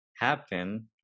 happen